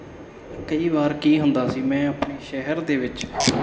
ਕਈ ਵਾਰ ਕੀ ਹੁੰਦਾ ਸੀ ਮੈਂ ਆਪਣੇ ਸ਼ਹਿਰ ਦੇ ਵਿੱਚ